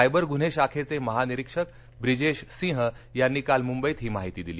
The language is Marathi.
सायबर गुन्हे शाखेचे महानिरीक्षक ब्रिजेश सिंह यांनी काल मुंबईत ही माहिती दिली